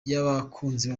y’abakunzi